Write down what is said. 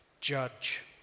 judge